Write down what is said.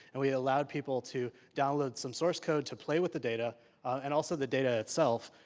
and we allow people to download some source code to play with the data and also the data itself,